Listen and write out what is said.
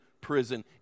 prison